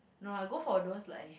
no lah go for those like